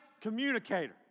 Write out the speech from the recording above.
communicator